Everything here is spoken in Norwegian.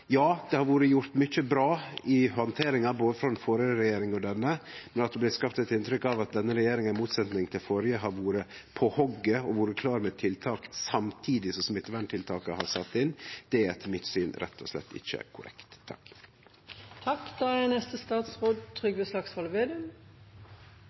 Det har vore gjort mykje bra i handteringa både frå den førre regjeringa og frå denne, men når det blir skapt eit inntrykk av at denne regjeringa i motsetning til den førre har vore på hogget og vore klar med tiltak samtidig som smitteverntiltaka har blitt sette inn, er etter mitt syn rett og slett ikkje korrekt. Da jeg hørte representanten fra Venstre nå, som nesten er